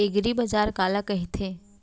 एगरीबाजार काला कहिथे?